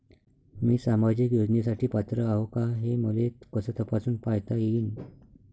मी सामाजिक योजनेसाठी पात्र आहो का, हे मले कस तपासून पायता येईन?